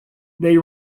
they